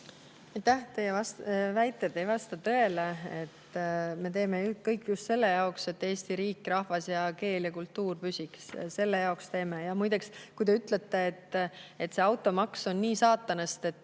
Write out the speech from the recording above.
Teie väited ei vasta tõele. Me teeme kõik just selle jaoks, et Eesti riik, eesti rahvas, keel ja kultuur püsiks, selle jaoks teeme. Ja muide, kui te ütlete, et see automaks on nii saatanast, et